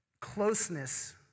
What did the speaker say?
closeness